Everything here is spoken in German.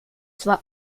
zwar